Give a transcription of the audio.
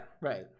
Right